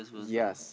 yes